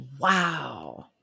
Wow